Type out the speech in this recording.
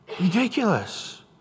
Ridiculous